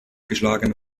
geschlagen